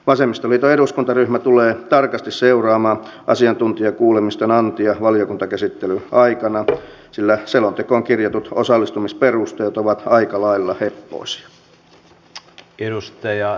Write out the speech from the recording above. vasemmistoliiton eduskuntaryhmä tulee tarkasti seuraamaan asiantuntijakuulemisten antia valiokuntakäsittelyn aikana sillä selontekoon kirjatut osallistumisperusteet ovat aika lailla heppoisia